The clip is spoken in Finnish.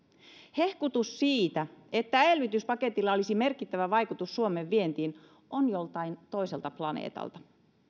hehkutus siitä että elvytyspaketilla olisi merkittävä vaikutus suomen vientiin on joltain toiselta planeetalta